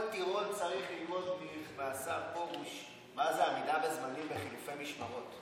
כל טירון צריך ללמוד מהשר פרוש מה זה עמידה בזמנים בחילופי משמרות.